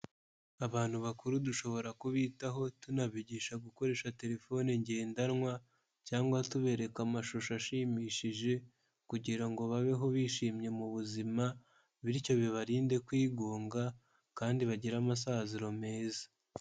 Abantu bakuru dushobora kubitaho, tunabigisha gukoresha terefone ngendanwa, cyangwa tubereka amashusho ashimishije, kugira ngo babeho bishimye mu buzima, bityo bibarinde kwigunga, kandi bagire amasaziro meza.